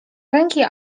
ręki